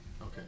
Okay